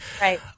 Right